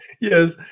yes